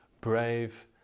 brave